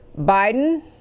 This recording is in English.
Biden